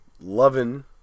loving